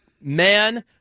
man